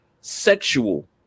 sexual